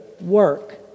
work